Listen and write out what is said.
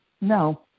no